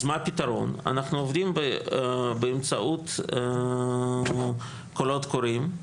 אז מה הפתרון, אנחנו עובדים באמצעות קולות קוראים.